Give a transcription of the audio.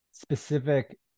specific